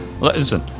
Listen